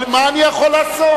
מה אני יכול לעשות?